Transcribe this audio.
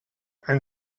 and